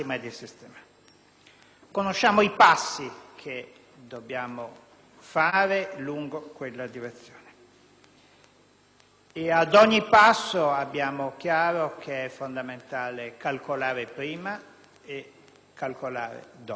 Conosciamo i passi che dobbiamo fare lungo quella direzione e ad ogni passo abbiamo chiaro che è fondamentale calcolare prima e calcolare dopo.